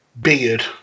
beard